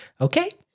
okay